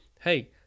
hey